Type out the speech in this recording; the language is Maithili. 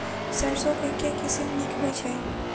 सैरसो केँ के किसिम नीक होइ छै?